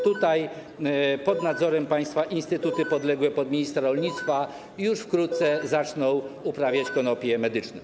Tutaj pod nadzorem państwa instytuty podległe ministrowi rolnictwa już wkrótce zaczną uprawiać konopie medyczne.